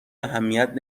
اهمیت